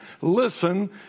listen